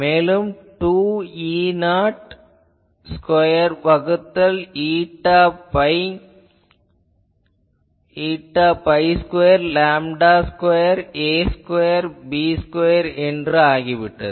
எனவே இது 2E0 square வகுத்தல் η pi square lambda square a square b square என்றாகிவிட்டது